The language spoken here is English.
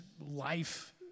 life